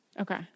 Okay